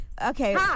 okay